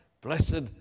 blessed